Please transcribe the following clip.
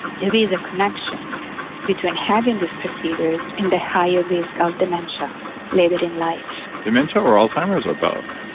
there is a connection between having these procedures and the higher risk of dementia later in life dementia or alzheimer's, or both?